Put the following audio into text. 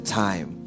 time